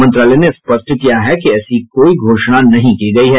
मंत्रालय ने स्पष्ट किया है कि रेलवे ने ऐसी कोई घोषणा नहीं की गयी है